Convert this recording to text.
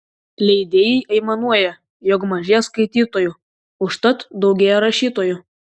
leidėjai aimanuoja jog mažėja skaitytojų užtat daugėja rašytojų